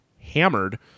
hammered